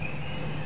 גם